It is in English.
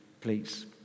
please